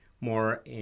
more